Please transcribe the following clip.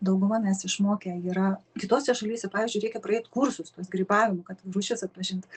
dauguma mes išmokę yra kitose šalyse pavyzdžiui reikia praeit kursus tuos grybavimo kad rūšis atpažint